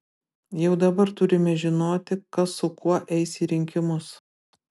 jau dabar turime žinoti kas su kuo eis į rinkimus